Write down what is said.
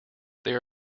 there